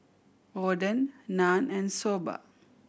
Oden Naan and Soba